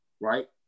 right